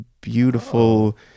beautiful